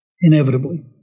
inevitably